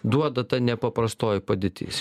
duoda ta nepaprastoji padėtis